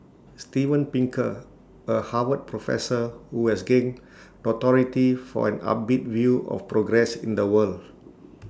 Steven Pinker A Harvard professor who has gained notoriety for an upbeat view of progress in the world